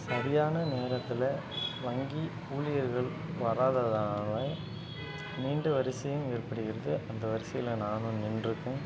சரியான நேரத்தில் வங்கி ஊழியர்கள் வராததுனால நீண்ட வரிசையும் ஏற்படுகிறது அந்த வரிசையில் நானும் நின்றுக்கேன்